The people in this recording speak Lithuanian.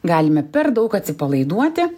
galime per daug atsipalaiduoti